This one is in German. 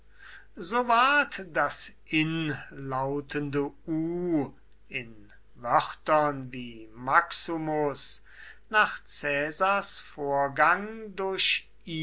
so ward das inlautende u in wörtern wie maxumus nach caesars vorgang durch